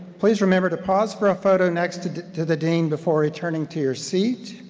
please remember to pause for a photo next to to the dean before returning to your seat.